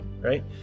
right